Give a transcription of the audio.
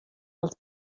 als